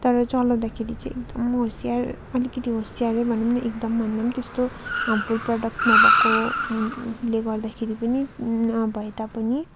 तर चलाउँदाखेरि चाहिँ एकदम होसियार अलिकति होसियार भनौँ न एकदम भन्दा पनि त्यस्तो हार्मफुल प्रडक्ट नभएको ले गर्दाखेरि पनि नभए तापनि